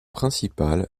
principal